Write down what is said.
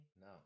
No